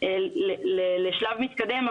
לשלב מתקדם,